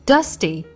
Dusty